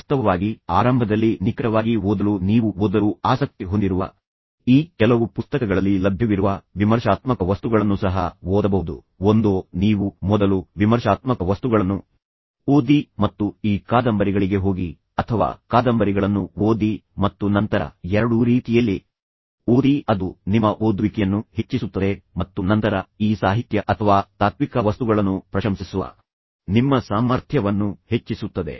ವಾಸ್ತವವಾಗಿ ಆರಂಭದಲ್ಲಿ ನಿಕಟವಾಗಿ ಓದಲು ನೀವು ಓದಲು ಆಸಕ್ತಿ ಹೊಂದಿರುವ ಈ ಕೆಲವು ಪುಸ್ತಕಗಳಲ್ಲಿ ಲಭ್ಯವಿರುವ ವಿಮರ್ಶಾತ್ಮಕ ವಸ್ತುಗಳನ್ನು ಸಹ ಓದಬಹುದು ಒಂದೋ ನೀವು ಮೊದಲು ವಿಮರ್ಶಾತ್ಮಕ ವಸ್ತುಗಳನ್ನು ಓದಿ ಮತ್ತು ಈ ಕಾದಂಬರಿಗಳಿಗೆ ಹೋಗಿ ಅಥವಾ ಕಾದಂಬರಿಗಳನ್ನು ಓದಿ ಮತ್ತು ನಂತರ ಎರಡೂ ರೀತಿಯಲ್ಲಿ ಓದಿ ಅದು ನಿಮ್ಮ ಓದುವಿಕೆಯನ್ನು ಹೆಚ್ಚಿಸುತ್ತದೆ ಮತ್ತು ನಂತರ ಈ ಸಾಹಿತ್ಯ ಅಥವಾ ತಾತ್ವಿಕ ವಸ್ತುಗಳನ್ನು ಪ್ರಶಂಸಿಸುವ ನಿಮ್ಮ ಸಾಮರ್ಥ್ಯವನ್ನು ಹೆಚ್ಚಿಸುತ್ತದೆ